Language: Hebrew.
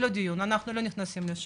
זה לא שייך לדיון ואנחנו לא נכנסים לשם.